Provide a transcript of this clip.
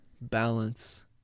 balance